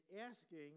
asking